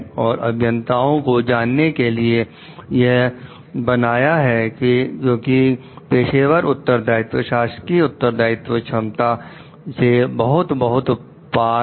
और अभियंताओं को जानने के लिए यह बनाया है क्योंकि पेशेवर उत्तरदायित्व शासकीय उत्तरदायित्व क्षमता से बहुत बहुत पर है